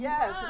Yes